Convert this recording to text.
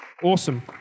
Awesome